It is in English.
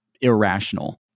irrational